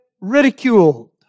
ridiculed